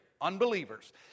unbelievers